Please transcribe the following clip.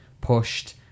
pushed